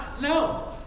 no